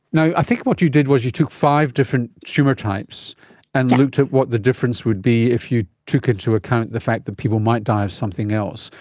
you know i think what you did was you took five different tumour types and looked at what the difference would be if you took into account the fact that people might die of something else.